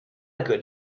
good